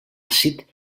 àcid